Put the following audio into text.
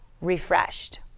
refreshed